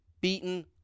beaten